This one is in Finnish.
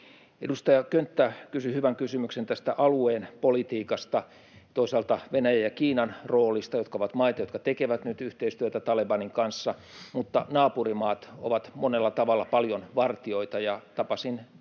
Edustaja Könttä kysyi hyvän kysymyksen alueen politiikasta, toisaalta Venäjän ja Kiinan roolista, jotka ovat maita, jotka tekevät nyt yhteistyötä Talebanin kanssa. Naapurimaat ovat monella tavalla paljon vartijoita. Tapasin